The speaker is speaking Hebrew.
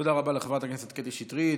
תודה רבה לחברת הכנסת קטי שטרית.